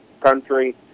country